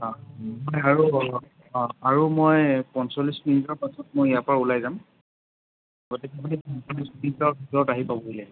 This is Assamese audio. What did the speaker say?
অঁ আৰু অঁ আৰু মই পঞ্চল্লিছ মিনিটৰ পাছত মই ইয়াৰ পৰা ওলাই যাম গতিকে আপুনি ভিতৰত আহি পাব